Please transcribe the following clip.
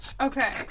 Okay